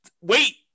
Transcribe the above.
Wait